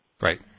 Right